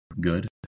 good